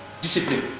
discipline